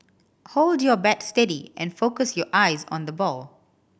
hold your bat steady and focus your eyes on the ball